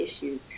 issues